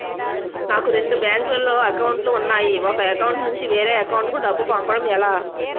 నాకు రెండు బ్యాంక్ లో లో అకౌంట్ లు ఉన్నాయి ఒక అకౌంట్ నుంచి వేరే అకౌంట్ కు డబ్బు పంపడం ఎలా?